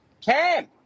Cam